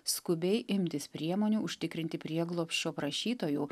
skubiai imtis priemonių užtikrinti prieglobsčio prašytojų